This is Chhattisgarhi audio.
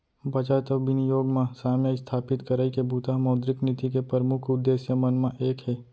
बचत अउ बिनियोग म साम्य इस्थापित करई के बूता ह मौद्रिक नीति के परमुख उद्देश्य मन म एक हे